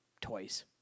toys